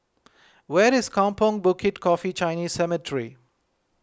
where is Kampong Bukit Coffee Chinese Cemetery